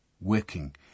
working